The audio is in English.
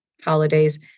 holidays